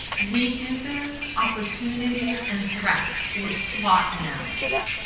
weaknesses, opportunities and threats or swot analysis.